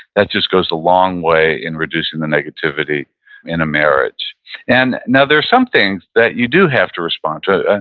that just goes a long way in reducing the negativity in a marriage and now, there are some things that you do have to respond to.